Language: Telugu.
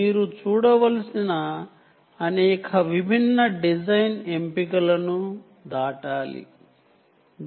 మీరు అనేక విభిన్న డిజైన్ ఎంపికలను చూడవలసి ఉంటుంది